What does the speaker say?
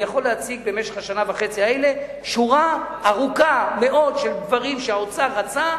אני יכול להציג מהשנה וחצי האלה שורה ארוכה מאוד של דברים שהאוצר רצה,